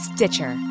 Stitcher